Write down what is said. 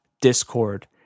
Discord